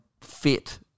fit